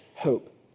hope